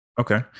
Okay